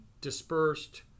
dispersed